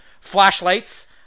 flashlights